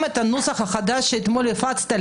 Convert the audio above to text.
לעומק את הנוסח החדש שאתמול הפצת,